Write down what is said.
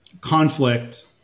conflict